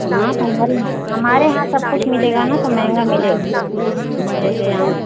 यहाँ तो हमारे हमारे यहाँ सब कुछ मिलेगा न तो महंगा मिलेगा जैसे आज